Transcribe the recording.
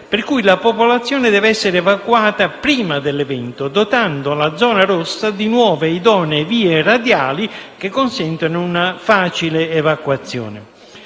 per cui la popolazione deve essere evacuata prima dell'evento, dotando la zona rossa di nuove e idonee vie radiali che consentano una facile evacuazione.